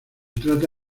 trata